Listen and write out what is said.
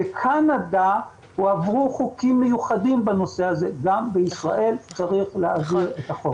בקנדה הועברו חוקים מיוחדים בנושא הזה וגם בישראל צריך להעביר את החוק.